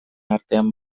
artean